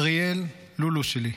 אריאל, "לולו שלי,